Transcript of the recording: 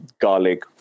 garlic